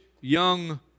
young